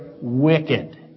wicked